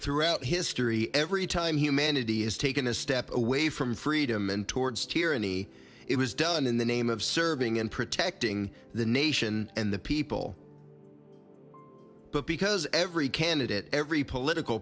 throughout history every time humanity has taken a step away from freedom and towards tyranny it was done in the name of serving and protecting the nation and the people but because every candidate every political